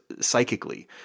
psychically